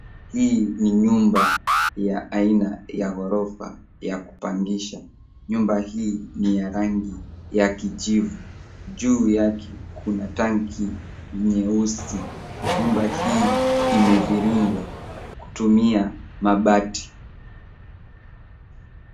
Hii ni nyumba ya aina ya ghorofa ya kupangisha. Nyumba hii ni ya rangi ya kijivu. Juu yake kuna tanki nyeusi. Nyumba hii imeviringwa kutumia mabati.